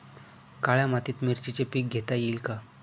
काळ्या मातीत मिरचीचे पीक घेता येईल का?